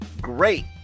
great